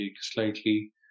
slightly